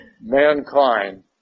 mankind